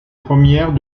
premières